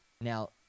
Now